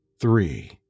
three